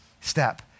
step